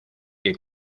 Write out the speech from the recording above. que